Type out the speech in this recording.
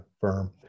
firm